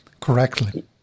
correctly